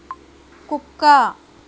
కుక్క